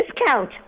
discount